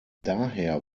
daher